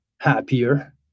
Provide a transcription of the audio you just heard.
happier